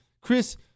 Chris